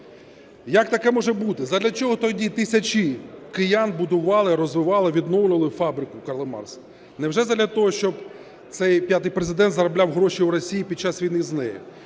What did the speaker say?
Як таке може бути? Задля чого тоді тисячі киян будували, розвивали, відновлювали фабрику Карла Маркса? Невже задля того, щоб цей п'ятий Президент заробляв гроші в Росії під час війни з нею?